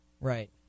Right